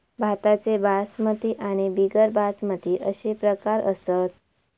भाताचे बासमती आणि बिगर बासमती अशे प्रकार असत